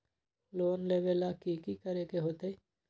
Loan लेबे ला की कि करे के होतई?